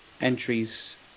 entries